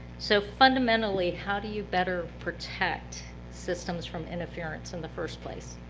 so fundamentally, how do you better protect systems from interference in the first place?